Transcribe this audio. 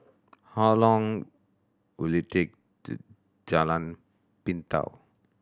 how long will it take to Jalan Pintau